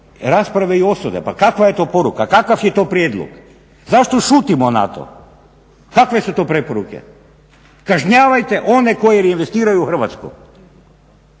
rasprave i osude. Pa kakva je to poruka? Kakav je to prijedlog? Zašto šutimo na to? Kakve su to preporuke? Kažnjavajte one koji reinvestiraju u Hrvatsku.